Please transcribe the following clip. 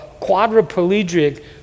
quadriplegic